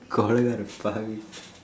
கொலக்கார பாவி:kolakkaara paavi